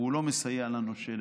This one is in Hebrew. והוא לא מסייע לנושה,